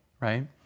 right